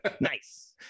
Nice